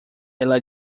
ela